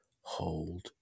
hold